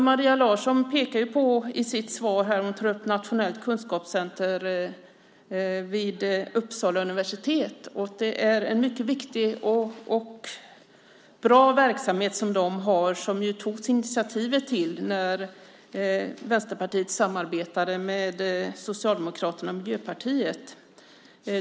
Maria Larsson tar i sitt svar upp Nationellt kunskapscentrum vid Uppsala universitet. Det är en mycket viktig och bra verksamhet. Initiativet till verksamheten togs när Vänsterpartiet samarbetade med Socialdemokraterna och Miljöpartiet.